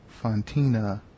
fontina